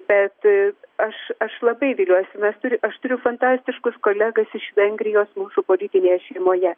bet aš aš labai viliuosi mes turi aš turiu fantastiškus kolegas iš vengrijos mūsų politinėje šeimoje